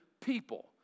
people